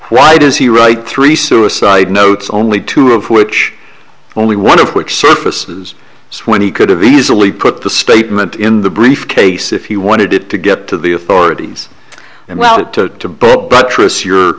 why does he write three suicide notes only two of which only one of which surfaces when he could have easily put the statement in the briefcase if he wanted it to get to the authorities and well to both buttress your